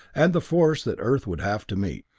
and the force that earth would have to meet.